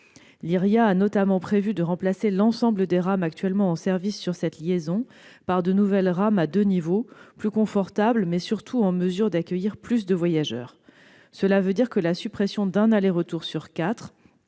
Lyria a notamment prévu de remplacer l'ensemble des rames actuellement en service sur cette liaison par de nouvelles rames à deux niveaux, plus confortables, mais surtout en mesure d'accueillir plus de voyageurs. Cela veut dire que la suppression d'un aller-retour sur quatre